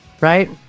right